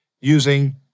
using